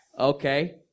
Okay